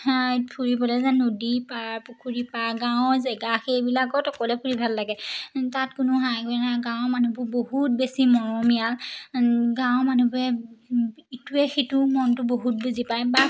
ফুৰিবলে যে নদীৰ পাৰ পুখুৰী পাৰ গাঁৱৰ জেগা সেইবিলাকত অকলে ফুৰি ভাল লাগে তাত কোনো হাই নাই গাঁৱৰ মানুহবোৰ বহুত বেছি মৰমীয়াল গাঁৱৰ মানুহবোৰে ইটোৱে সিটোৰ মনটো বহুত বুজি পায় বা